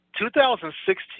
2016